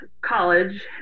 college